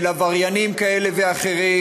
של עבריינים כאלה ואחרים,